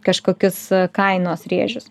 kažkokius kainos rėžius